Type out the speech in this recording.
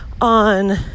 on